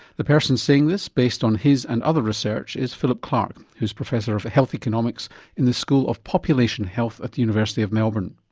the person saying this, based on his and other research, is philip clarke, who's professor of health economics in the school of population health at the university of melbourne.